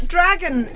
Dragon